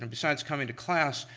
and besides coming to class,